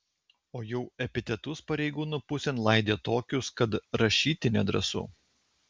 o jau epitetus pareigūnų pusėn laidė tokius kad rašyti nedrąsu